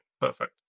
Perfect